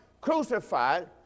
crucified